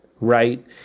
right